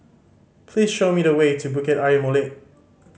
please show me the way to Bukit Ayer Molek